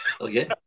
Okay